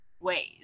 ways